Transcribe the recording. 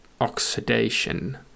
oxidation